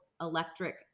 electric